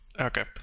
Okay